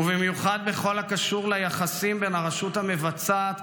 ובמיוחד בכל הקשור ליחסים בין הרשות המבצעת,